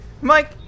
Mike